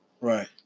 Right